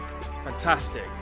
Fantastic